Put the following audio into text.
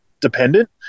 dependent